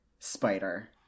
Spider